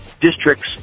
districts